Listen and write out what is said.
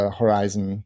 horizon